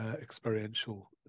experiential